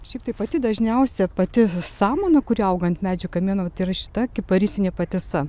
šiaip tai pati dažniausia pati samana kuri auga ant medžių kamieno tai yra šita kiparisinė patisa